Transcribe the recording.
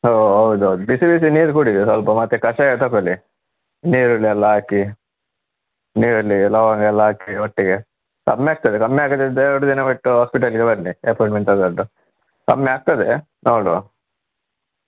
ಓಹ್ ಹೌದೌದು ಬಿಸಿ ಬಿಸಿ ನೀರು ಕುಡಿಯಿರಿ ಸ್ವಲ್ಪ ಮತ್ತು ಕಷಾಯ ತೊಕೊಳ್ಳಿ ನೀರುಳ್ಳಿಯೆಲ್ಲ ಹಾಕಿ ನೀರುಳ್ಳಿ ಲವಂಗ ಎಲ್ಲ ಹಾಕಿ ಒಟ್ಟಿಗೆ ಕಮ್ಮಿ ಆಗ್ತದೆ ಕಮ್ಮಿ ಆಗದಿದ್ದರೆ ಎರಡು ದಿನ ಬಿಟ್ಟು ಹಾಸ್ಪಿಟಲ್ಗೆ ಬನ್ನಿ ಅಪಾಯಿಂಟ್ಮೆಂಟ್ ತೊಗೊಂಡು ಕಮ್ಮಿ ಆಗ್ತದೆ ನೋಡುವ